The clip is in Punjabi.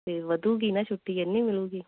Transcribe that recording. ਅਤੇ ਵਧੇਗੀ ਨਾ ਛੁੱਟੀ ਇੰਨੀ ਮਿਲੇਗੀ